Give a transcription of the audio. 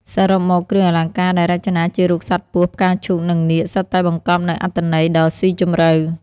សរុបមក គ្រឿងអលង្ការដែលរចនាជារូបសត្វពស់ ផ្កាឈូក និងនាគ សុទ្ធតែបង្កប់នូវអត្ថន័យដ៏ស៊ីជម្រៅ។